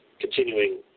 continuing